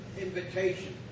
invitation